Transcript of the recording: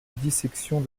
dissection